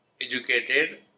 educated